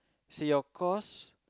say your course